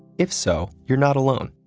if so, you're not alone.